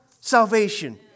salvation